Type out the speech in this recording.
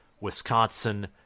Wisconsin